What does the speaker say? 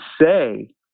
say